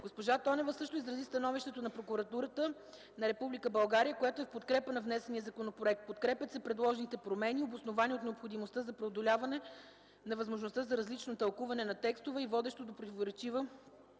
Госпожа Тонева също изрази становището на Прокуратурата на Република България, което е в подкрепа на внесения законопроект. Подкрепят се предложените промени, обосновани от необходимостта за преодоляване на възможността от различно тълкуване на текстове и водещо до противоречива